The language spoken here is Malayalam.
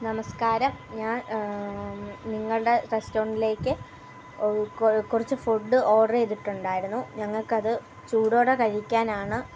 നമസ്ക്കാരം ഞാൻ നിങ്ങളുടെ റസ്റ്റോറൻ്റിലേക്ക് കുറച്ച് ഫുഡ് ഓർഡർ ചെയ്തിട്ടുണ്ടായിരുന്നു ഞങ്ങൾക്ക് അത് ചൂടോടെ കഴിക്കാനാണ്